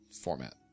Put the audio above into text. format